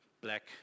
black